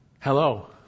Hello